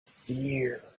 fear